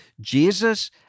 Jesus